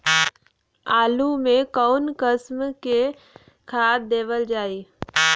आलू मे कऊन कसमक खाद देवल जाई?